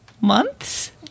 months